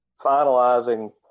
finalizing